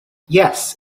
yes